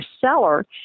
seller